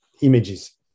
images